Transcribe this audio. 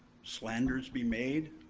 slanders be made,